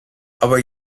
aber